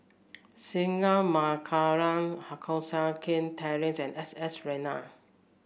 Singai Mukilan Koh Seng Kiat Terence and S S Ratnam